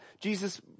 Jesus